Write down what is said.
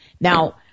Now